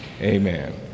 Amen